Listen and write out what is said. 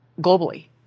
globally